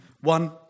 One